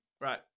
right